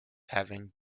having